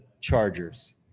Chargers